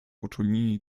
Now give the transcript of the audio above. uczynili